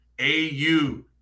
AU